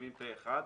מסכימים פה אחד,